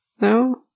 No